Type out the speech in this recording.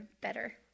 better